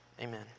Amen